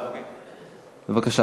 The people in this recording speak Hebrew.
בבקשה,